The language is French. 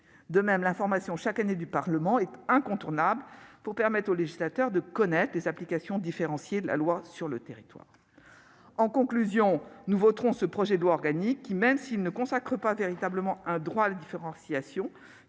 De même, l'information chaque année du Parlement est incontournable pour permettre au législateur de connaître les applications différenciées de la loi sur le territoire. En conclusion, nous voterons ce projet de loi organique, qui, même s'il ne consacre pas un véritable droit à la différenciation,